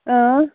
اۭں